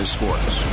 Sports